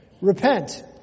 repent